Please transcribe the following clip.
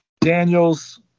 Daniels